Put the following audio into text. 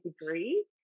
degree